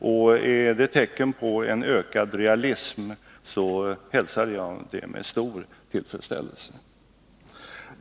Och är det tecken på en ökad realism hälsar jag det med stor tillfredsställelse.